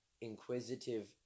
inquisitive